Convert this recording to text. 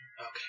Okay